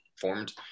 formed